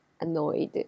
annoyed